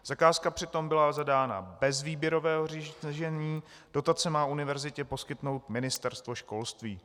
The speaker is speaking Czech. Zakázka přitom byla zadána bez výběrového řízení, dotace má univerzitě poskytnout Ministerstvo školství.